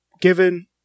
given